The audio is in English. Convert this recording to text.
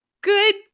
good